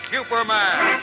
Superman